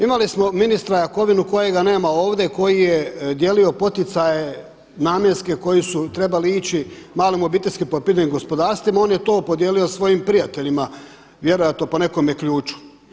Imali smo ministra Jakovinu kojega nema ovdje, koji je dijelio poticaje namjenske koji su trebali ići malim obiteljskim poljoprivrednim gospodarstvima, on je to podijelio svojim prijateljima vjerojatno po nekome ključu.